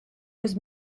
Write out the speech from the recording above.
was